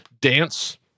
dance